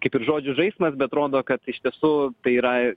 kaip ir žodžių žaismas bet rodo kad iš tiesų tai yra